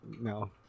no